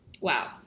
wow